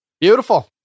Beautiful